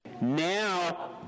now